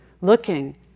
looking